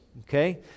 okay